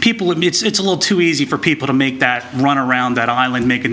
people would be it's a little too easy for people to make that run around that island making